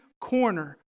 corner